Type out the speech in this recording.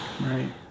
right